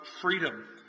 freedom